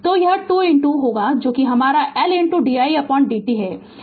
तो यह 2 होगा जो कि हमारा L didt है